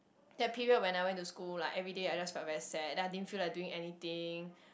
that period when I went to school like everyday I just felt very sad then I didn't feel like doing anything